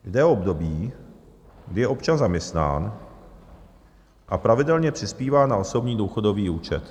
Jde o období, kdy je občan zaměstnán a pravidelně přispívá na osobní důchodový účet.